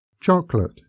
Chocolate